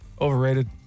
Overrated